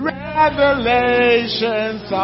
revelations